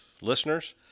listeners